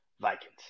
Vikings